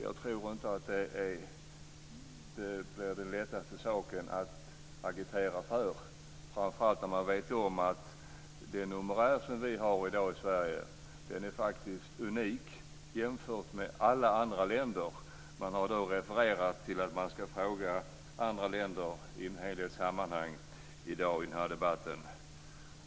Jag tror inte att det blir det lättaste att agitera för, framför allt när man vet om att den numerär som vi har i dag i Sverige faktiskt är unik jämfört med alla andra länder. Man har refererat till att man ska fråga andra länder i en hel del sammanhang i dag i den här debatten.